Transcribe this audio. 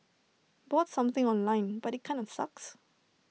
bought something online but IT kinda sucks